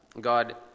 God